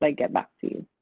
like get back to you.